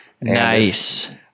Nice